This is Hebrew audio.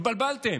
התבלבלתם.